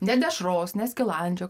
ne dešros ne skilandžio